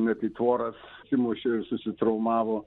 net į tvoras atsimušė ir susitraumavo